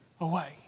away